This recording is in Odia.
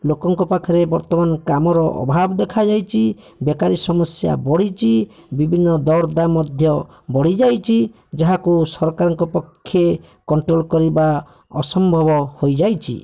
ଲୋକଙ୍କ ପାଖରେ ବର୍ତ୍ତମାନ କାମର ଅଭାବ ଦେଖାଯାଇଛି ବେକାରୀ ସମସ୍ୟା ବଢ଼ିଛି ବିଭନ୍ନ ଦରଦାମ ମଧ୍ୟ ବଢ଼ିଯାଇଛି ଯାହାକୁ ସରକାରଙ୍କ ପକ୍ଷେ କଣ୍ଟ୍ରୋଲ୍ କରିବା ଅସମ୍ଭବ ହୋଇଯାଇଛି